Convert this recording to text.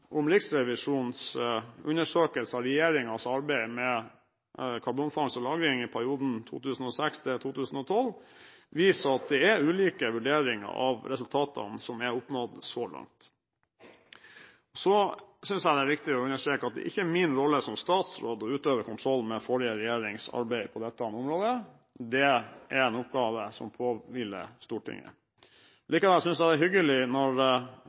Riksrevisjonens undersøkelse av regjeringens arbeid med karbonfangst og -lagring i perioden 2006–2012 – viser uansett at det er ulike vurderinger av resultatene som er oppnådd så langt. Jeg synes det er viktig å understreke at det ikke er min rolle som statsråd å utøve kontroll med forrige regjerings arbeid på dette området, det er en oppgave som påhviler Stortinget. Likevel synes jeg det er hyggelig når